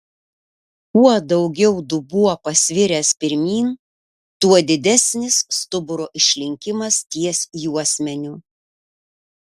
kuo daugiau dubuo pasviręs pirmyn tuo didesnis stuburo išlinkimas ties juosmeniu